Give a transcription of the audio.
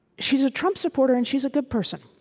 she's a trump supporter, and she's a good person.